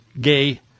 gay